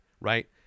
right